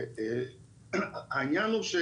העניין הוא.